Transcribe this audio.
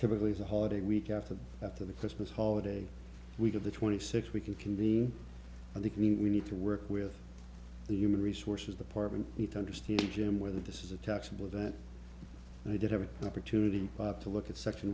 typically the holiday week after after the christmas holiday week of the twenty six we can convene i think mean we need to work with the human resources department need to understand the gym whether this is a taxable event and we did have an opportunity to look at section